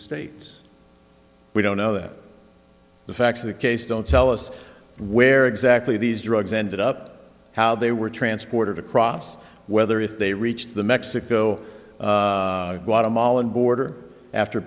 states we don't know that the facts of the case don't tell us where exactly these drugs ended up how they were transported across whether if they reached the mexico guatemala border after